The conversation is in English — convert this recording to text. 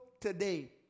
today